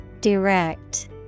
direct